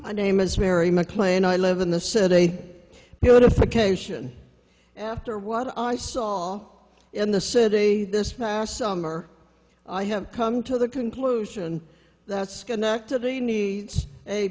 my name is mary mcclain i live in the city beautification after what i saw in the city this past summer i have come to the conclusion that schenectady needs a